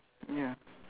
ya